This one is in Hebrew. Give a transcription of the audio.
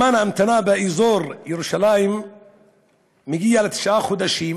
זמן ההמתנה באזור ירושלים מגיע לתשעה חודשים